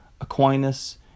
Aquinas